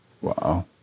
Wow